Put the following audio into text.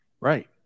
Right